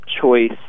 choice